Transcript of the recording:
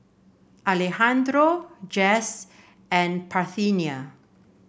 Alejandro Jess and Parthenia